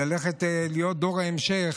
להיות דור ההמשך,